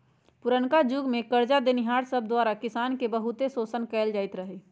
पुरनका जुग में करजा देनिहार सब द्वारा किसान के बहुते शोषण कएल जाइत रहै